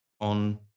on